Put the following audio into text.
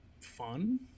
fun